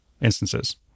instances